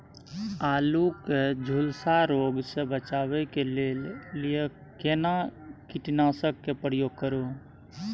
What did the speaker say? आलू के झुलसा रोग से बचाबै के लिए केना कीटनासक के प्रयोग करू